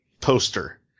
poster